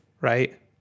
right